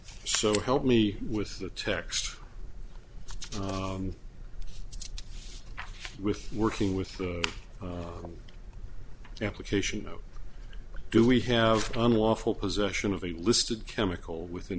so help me with the text with working with the application oh do we have unlawful possession of the listed chemical with in